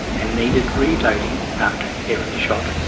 and needed reloading after every shot.